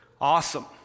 Awesome